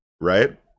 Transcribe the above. right